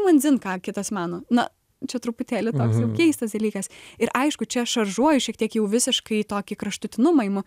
man dzin ką kitas mano na čia truputėlį toks jau keistas dalykas ir aišku čia šaržuoju šiek tiek jau visiškai į tokį kraštutinumą imu